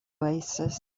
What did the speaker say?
oasis